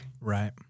Right